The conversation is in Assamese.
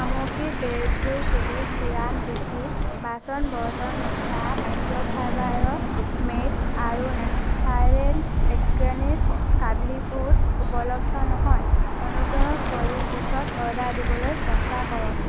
সামগ্ৰী বিয়েৰ্ডো চুলিৰ ছিৰাম ডিপি বাচন বৰ্তন মচা মাইক্ৰ'ফাইবাৰৰ মেট আৰু নেচাৰলেণ্ড অ'ৰগেনিক্ছ কাবুলী বুট উপলব্ধ নহয় অনুগ্ৰহ কৰি পিছত অৰ্ডাৰ দিবলৈ চেষ্টা কৰক